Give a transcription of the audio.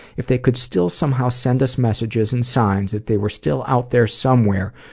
if they could still somehow send us messages and signs that they were still out there somewhere,